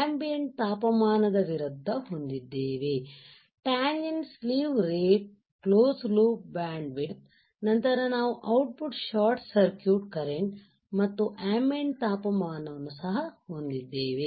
ambient ತಾಪಮಾನದ ವಿರುದ್ಧ ಹೊಂದಿದ್ದೇವೆ tangent slew rate close loop bandwidth ನಂತರ ನಾವು output short circuit current ಮತ್ತು ಆಂಬಿಯೆಂಟ್ ತಾಪಮಾನವನ್ನು ಸಹ ಹೊಂದಿದ್ದೇವೆ